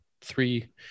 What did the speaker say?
three